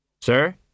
Sir